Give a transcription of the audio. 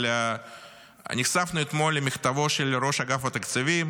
אבל נחשפנו אתמול למכתבו של ראש אגף התקציבים